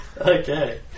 Okay